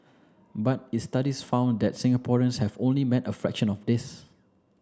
but its study found that Singaporeans have only met a fraction of this